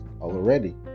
already